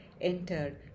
entered